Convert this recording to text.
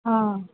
অঁ